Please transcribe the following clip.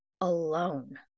alone